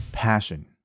passion